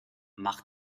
mach